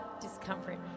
discomfort